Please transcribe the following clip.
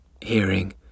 hearing